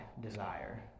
desire